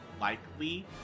likely